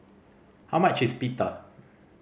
how much is Pita